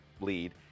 lead